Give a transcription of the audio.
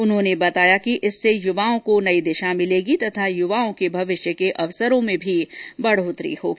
उन्होंने बताया कि इससे युवाओं को नई दिशा मिलेगी तथा युवाओं के भविष्य के अवसरों में भी बढ़ोतरी होगी